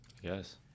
Yes